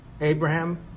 Abraham